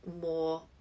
more